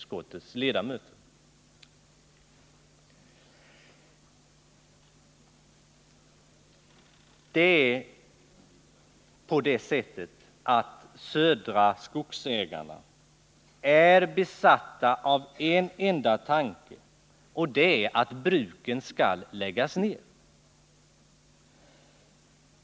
Södra Skogsägarna är besatta av en enda tanke, och det är att bruken skall läggas ner.